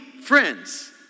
friends